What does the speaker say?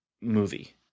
movie